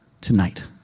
tonight